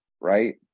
right